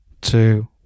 two